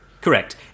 Correct